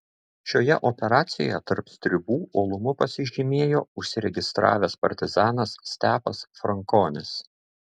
šioje operacijoje tarp stribų uolumu pasižymėjo užsiregistravęs partizanas stepas frankonis